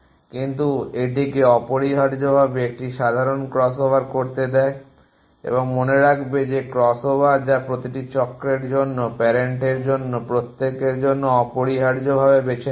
কিন্তু এটিকে অপরিহার্যভাবে একটি সাধারণ ক্রসওভার করতে দেয় এবং মনে রাখবে যে ক্রসওভার যা প্রতিটি চক্রের জন্য প্যারেন্টের প্রত্যেকের জন্য অপরিহার্যভাবে বেছে নেওয়া হয়